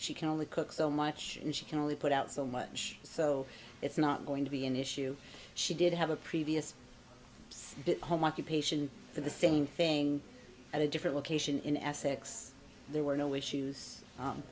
she can only cook so much and she can only put out so much so it's not going to be an issue she did have a previous home occupation for the same thing at a different location in essex there were no issues